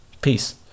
peace